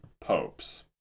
popes